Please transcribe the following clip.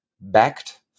backed